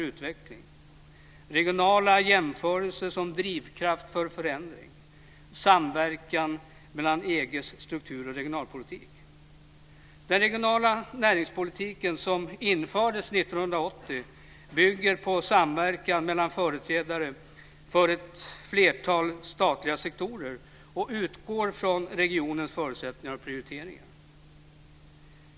· Regionala jämförelser som drivkraft för förändring. 1980, bygger på samverkan mellan företrädare för ett flertal statliga sektorer och utgår från regionens förutsättningar och prioriteringar.